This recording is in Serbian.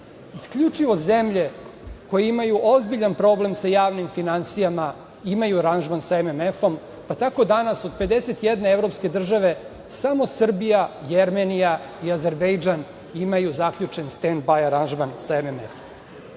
Isključivo zemlje koje imaju ozbiljan problem sa javnim finansijama imaju aranžman sa MMF-om, pa tako danas od 51 evropske državi samo Srbija, Jermenija i Azerbejdžan imaju zaključen „stend baj“ aranžman sa MMF-om. Svaki